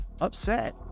upset